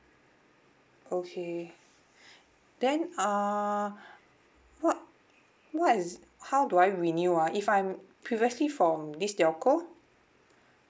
okay then uh what what is how do I renew ah if I'm previously from this telco